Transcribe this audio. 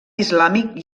islàmic